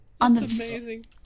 amazing